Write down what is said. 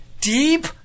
deep